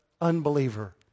unbeliever